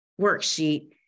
worksheet